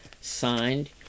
Signed